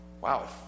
Wow